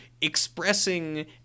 expressing